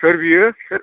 सोर बियो